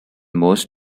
most